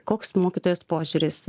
koks mokytojos požiūris